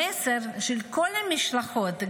המסר של כל המשלחות,